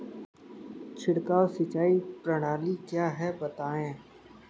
छिड़काव सिंचाई प्रणाली क्या है बताएँ?